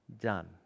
done